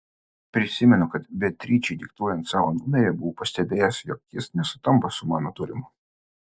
prisimenu kad beatričei diktuojant savo numerį buvau pastebėjęs jog jis nesutampa su mano turimu